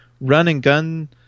run-and-gun